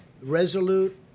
resolute